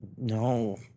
No